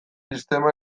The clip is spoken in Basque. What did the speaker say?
sistema